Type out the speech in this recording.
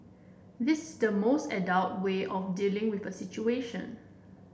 this is the most adult way of dealing with a situation